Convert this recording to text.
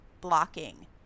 blocking